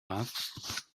ladd